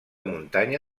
muntanya